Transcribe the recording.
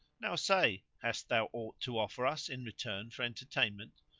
now say, hast thou aught to offer us in return for entertainment?